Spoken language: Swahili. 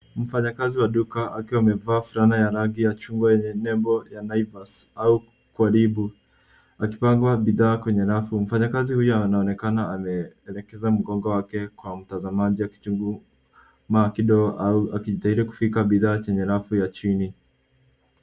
Mfanyakazi wa duka akiwa amevaa fulana ya rangi ya chungwa yenye nembo ya Naivas au karibu akipanga bidhaa kwenye rafu. Mfanyakazi huyo anaonekana ameelekeza mgongo wake kwa mtazamaji akichuchumaa kidogo au akijaribu kufika bidhaa chenye rafu ya chini.